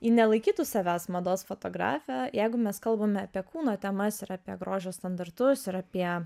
ji nelaikytų savęs mados fotografe jeigu mes kalbame apie kūno temas ir apie grožio standartus ir apie